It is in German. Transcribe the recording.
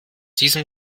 diesem